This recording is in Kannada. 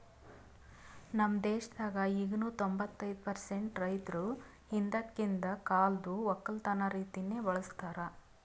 ನಮ್ ದೇಶದಾಗ್ ಈಗನು ತೊಂಬತ್ತೈದು ಪರ್ಸೆಂಟ್ ರೈತುರ್ ಹಿಂದಕಿಂದ್ ಕಾಲ್ದು ಒಕ್ಕಲತನ ರೀತಿನೆ ಬಳ್ಸತಾರ್